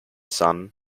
son